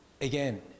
again